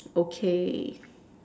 okay